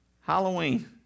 Halloween